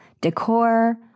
decor